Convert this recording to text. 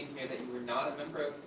here, that you are not a member